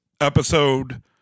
episode